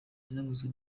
yaravuzwe